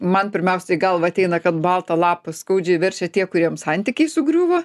man pirmiausiai į galvą ateina kad baltą lapą skaudžiai verčia tie kuriem santykiai sugriuvo